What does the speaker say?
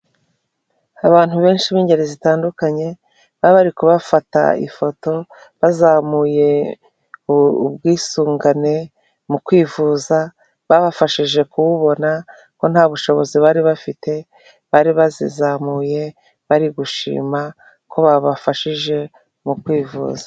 Abantu benshi b'ingeri zitandukanye bari bari kubafata ifoto bazamuye ubwisungane mu kwivuza, babafashije kububona kuko nta bushobozi bari bafite bari bazizamuye bari gushima ko babafashije mu kwivuza.